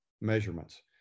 measurements